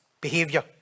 behaviour